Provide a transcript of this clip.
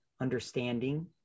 understanding